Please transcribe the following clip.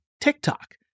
TikTok